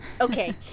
Okay